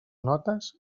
notes